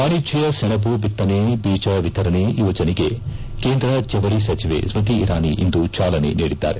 ವಾಣಿಜ್ಞ ಸೆಣಬು ಬಿತ್ತನೆ ಬೀಜ ವಿತರಣೆ ಯೋಜನೆಗೆ ಕೇಂದ್ರ ಜವಳಿ ಸಚಿವೆ ಸ್ತತಿ ಇರಾನಿ ಇಂದು ಚಾಲನೆ ನೀಡಿದ್ದಾರೆ